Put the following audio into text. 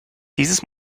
dieses